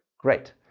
great!